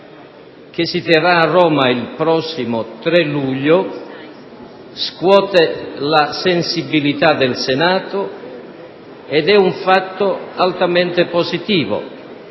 che si terrà a Roma il prossimo 3 luglio, scuote la sensibilità del Senato: è un fatto altamente positivo